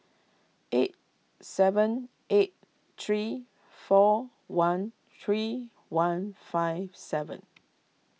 eight seven eight three four one three one five seven